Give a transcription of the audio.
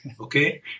Okay